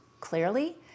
clearly